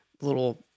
little